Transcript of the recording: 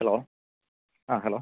hello ആ hello